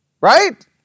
Right